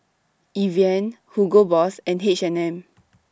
Evian Hugo Boss and H and M